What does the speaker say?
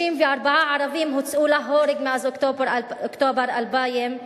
34 ערבים הוצאו להורג מאז אוקטובר 2000,